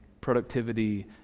productivity